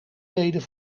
leden